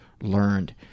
learned